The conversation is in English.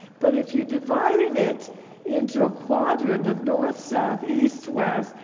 but if you divided it into a quadrant of north, south, east, west,